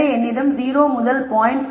எனவே என்னிடம் 0 முதல் 0